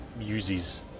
uses